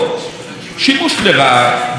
שימוש לרעה ועוד.